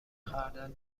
خردل